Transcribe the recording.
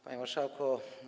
Panie Marszałku!